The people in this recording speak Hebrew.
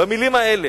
במלים האלה.